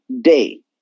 day